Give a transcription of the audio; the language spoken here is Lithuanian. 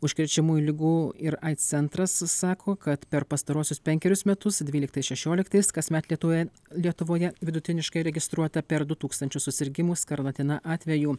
užkrečiamųjų ligų ir aids centras sako kad per pastaruosius penkerius metus dvyliktais šešioliktais kasmet lietuvoje lietuvoje vidutiniškai registruota per du tūkstančius susirgimų skarlatina atvejų